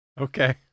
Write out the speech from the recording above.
Okay